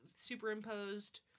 superimposed